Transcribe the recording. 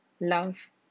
Love